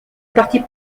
partie